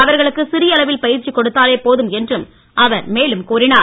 அவர்களுக்கு சிறிய அளவில் பயிற்சி கொடுத்தாலே போதும் என்றும் அவர் மேலும் கூறினார்